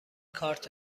کارت